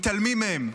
מתעלמים מהם,